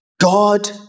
God